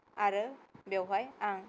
आरो बेवहाय आं